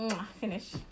finish